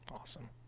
Awesome